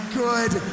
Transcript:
good